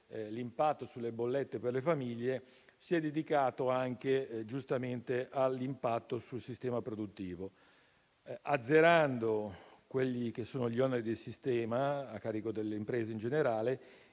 l'impatto sulle bollette per le famiglie, si è dedicato anche giustamente all'impatto sul sistema produttivo, azzerando gli oneri di sistema a carico delle imprese in generale.